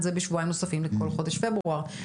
זה בשבועיים נוספים לכל חודש פברואר?